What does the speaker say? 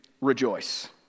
rejoice